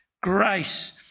Grace